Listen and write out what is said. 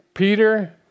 Peter